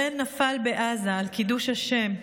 הראל נפל בעזה על קידוש השם,